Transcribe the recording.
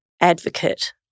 advocate